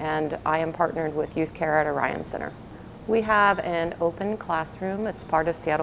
and i am partnered with your care at a right and center we have an open classroom it's part of seattle